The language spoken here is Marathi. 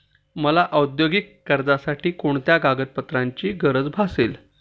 मला औद्योगिक कर्जासाठी कोणत्या कागदपत्रांची गरज भासेल?